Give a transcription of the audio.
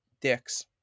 dicks